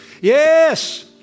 yes